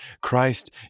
Christ